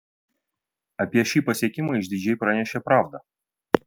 apie šį pasiekimą išdidžiai pranešė pravda